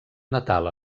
natal